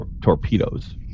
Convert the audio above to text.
torpedoes